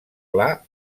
pla